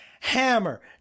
hammer